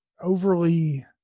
overly